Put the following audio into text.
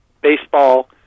baseball